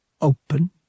open